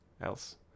else